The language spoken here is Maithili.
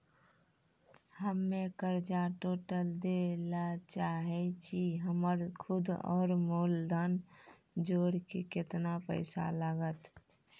हम्मे कर्जा टोटल दे ला चाहे छी हमर सुद और मूलधन जोर के केतना पैसा लागत?